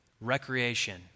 recreation